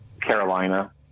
Carolina